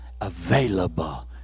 available